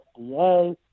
FDA